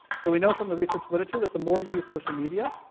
so we know from the research literature that the more you social media,